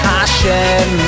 Hashem